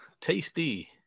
Tasty